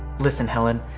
listen helen,